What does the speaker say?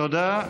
תודה.